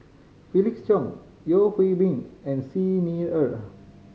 Felix Cheong Yeo Hwee Bin and Xi Ni Er